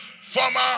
former